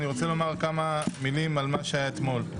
אני רוצה לומר כמה מילים על מה שהיה אתמול.